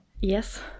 Yes